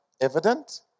evident